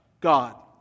God